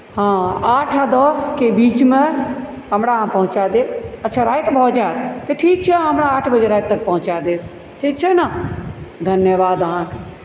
हँ आठ आओर दसके बीचमे हमरा अहाँ पहुँचा देब अच्छा राति भऽ जायत तऽ ठीक छै अहाँ हमरा आठ बजे राति तक पहुँचा देब ठीक छै ने धन्यवाद अहाँके